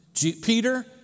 Peter